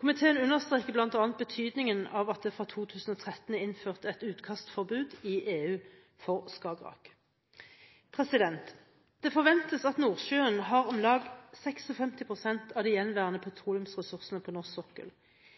Komiteen understreker bl.a. betydningen av at det fra 2013 er innført et utkastforbud i EU for Skagerak. Det forventes at Nordsjøen har om lag 56 pst. av de gjenværende petroleumsressursene på norsk sokkel.